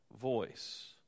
voice